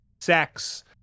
sex